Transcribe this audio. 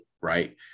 right